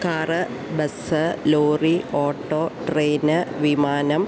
car bus lorry auto train വിമാനം